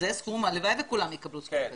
הלוואי שכולם יקבלו סכום כזה.